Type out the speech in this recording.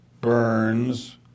Burns